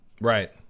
Right